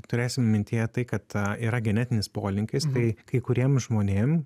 turėsim mintyje tai kad a yra genetinis polinkis tai kai kuriem žmonėm